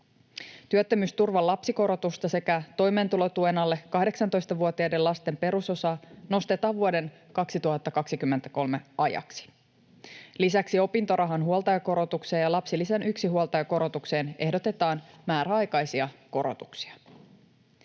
Työttömyysturvan lapsikorotusta sekä toimeentulotuen alle 18-vuotiaiden lasten perusosaa nostetaan vuoden 2023 ajaksi. Lisäksi opintorahan huoltajakorotukseen ja lapsilisän yksinhuoltajakorotukseen ehdotetaan määräaikaisia korotuksia.